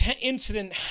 incident